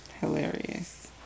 Hilarious